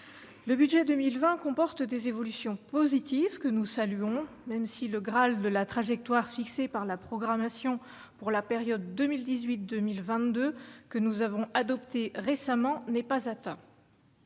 le budget 2020 comporte des évolutions positives que nous saluons, même si le Graal de la trajectoire fixée par la programmation pour la période 2018, 2022, que nous avons adoptée récemment, n'est pas atteint.